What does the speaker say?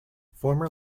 former